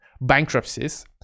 bankruptcies